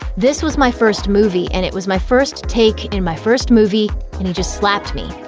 this was my first movie, and it was my first take in my first movie, and he just slapped me,